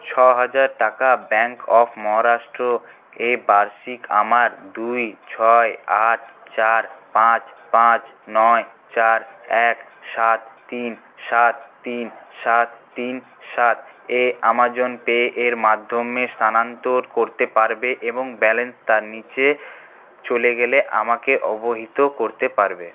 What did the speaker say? ছ হাজার টাকা ব্যাঙ্ক অফ মহারাষ্ট্র এ বার্ষিক আমার দুই ছয় আট চার পাঁচ পাঁচ নয় চার এক সাত তিন সাত তিন সাত তিন সাত এ আমাজন পে এর মাধ্যমে স্থানান্তর করতে পারবে এবং ব্যালেন্স তার নিচে চলে গেলে আমাকে অবহিত করতে পারবে